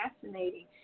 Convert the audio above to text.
fascinating